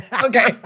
Okay